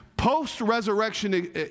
post-resurrection